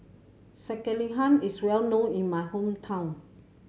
Sekihan is well known in my hometown